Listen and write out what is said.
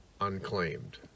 unclaimed